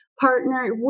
partner